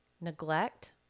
neglect